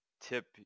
tip